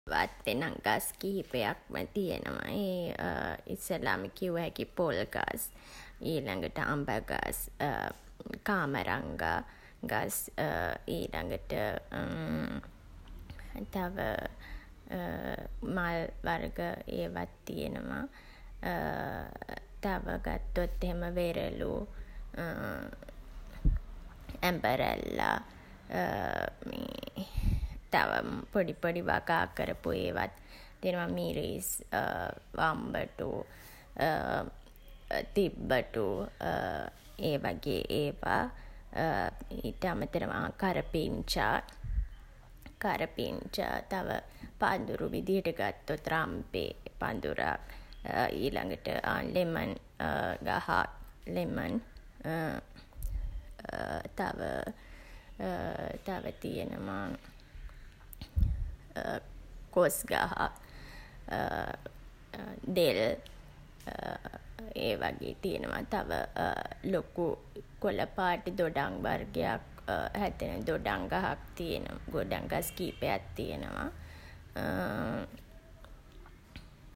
වත්තේ නම් ගස් කිහිපයක්ම තියෙනවා. ඉස්සල්ලාම කිව්ව හැකි පොල් ගස්, ඊළඟට අඹ ගස් කාමරංගා ගස් ඊළඟට තව මල් වර්ග ඒවත් තියනවා. තව ගත්තොත් එහෙම වෙරළු ඇඹරැල්ලා තව පොඩි පොඩි වගා කරපු ඒවත් තියනවා මිරිස් වම්බටු තිබ්බටු ඒ වගේ ඒවා. ඊට අමතරව කරපිංචා. කරපිංචා. තව පඳුරු විදිහට ගත්තොත් රම්පෙ පඳුරක්. ඊළඟට ලෙමන් ගහක්. ලෙමන්. තව තව තියෙනවා කොස් ගහක්. දෙල්. ඒ වගේ තියනවා. තව ලොකු කොළ පාට දොඩම් වර්ගයක් හැදෙන දොඩම් ගහක් තියනවා. දොඩම් ගස් කීපයක් තියනවා.